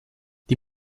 die